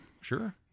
sure